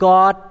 God